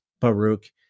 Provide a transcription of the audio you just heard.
Baruch